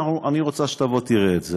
ואני רוצה שתבוא ותראה את זה.